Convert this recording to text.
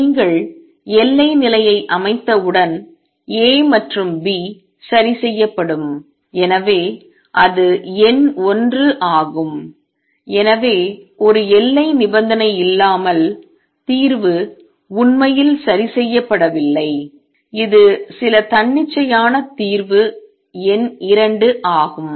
நீங்கள் எல்லை நிலையை அமைத்தவுடன் A மற்றும் B சரி செய்யப்படும் எனவே அது எண் 1 ஆகும் எனவே ஒரு எல்லை நிபந்தனை இல்லாமல் தீர்வு உண்மையில் சரி செய்யப்படவில்லை இது சில தன்னிச்சையான தீர்வு எண் 2 ஆகும்